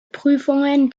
prüfungen